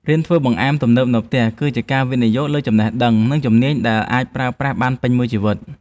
រៀនធ្វើបង្អែមទំនើបនៅផ្ទះ គឺជាការវិនិយោគលើចំណេះដឹង និងជំនាញដែលអាចប្រើប្រាស់បានពេញមួយជីវិត។